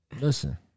Listen